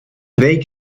they